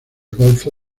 golfo